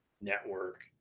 network